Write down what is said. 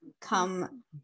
come